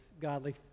godly